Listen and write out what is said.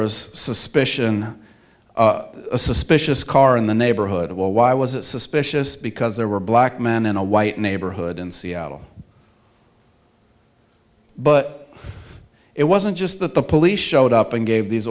was suspicion of a suspicious car in the neighborhood well why was it suspicious because there were black men in a white neighborhood in seattle but it wasn't just that the police showed up and gave these